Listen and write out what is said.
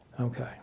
Okay